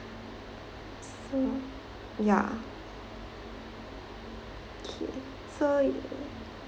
hmm ya okay so